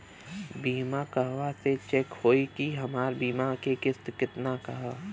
बीमा कहवा से चेक होयी की हमार बीमा के किस्त केतना ह?